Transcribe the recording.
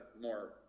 more